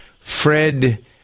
Fred